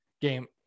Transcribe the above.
game